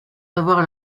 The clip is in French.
avoir